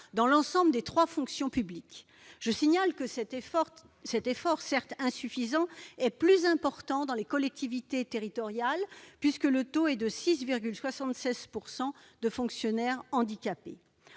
dans l'ensemble des trois fonctions publiques. Je signale que cet effort, quoique insuffisant, est plus important dans les collectivités territoriales, puisque le taux de fonctionnaires handicapés